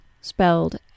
spelled